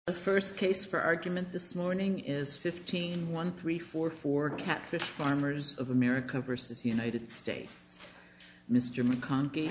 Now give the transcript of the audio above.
the first case for argument this morning is fifteen one three four four catfish farmers of america versus united states mr mccon